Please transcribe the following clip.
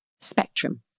spectrum